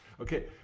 Okay